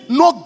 no